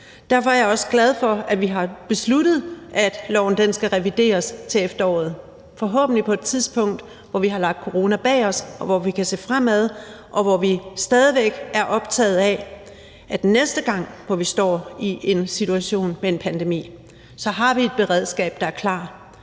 Derfor er jeg også glad for, at vi har besluttet, at loven skal revideres til efteråret, forhåbentlig på et tidspunkt, hvor vi har lagt corona bag os, hvor vi kan se fremad, og hvor vi stadig væk er optaget af, at næste gang vi står i en situation med en pandemi, så har vi et beredskab, der er klar,